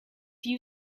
you